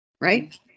right